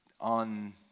on